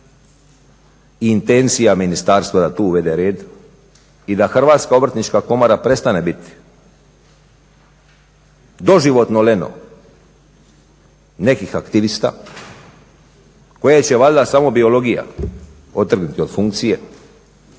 i intencija ministarstva da tu uvede red i da Hrvatska obrtnička komora prestane biti doživotno … nekih aktivista koje će valjda samo biologija otrgnuti od funkcije.